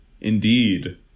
Indeed